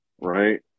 right